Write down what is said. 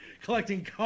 collecting